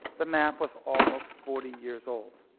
the map was almost forty years old.